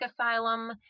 asylum